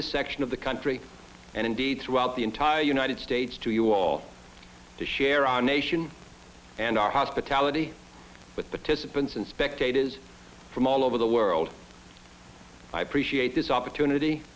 this section of the country and indeed throughout the entire united states to you all to share our nation and our hospitality with the to support and spectators from all over the world i appreciate this opportunity